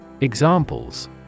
Examples